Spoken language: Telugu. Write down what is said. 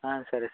సరే సార్